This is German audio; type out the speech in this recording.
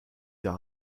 der